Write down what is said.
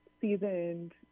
seasoned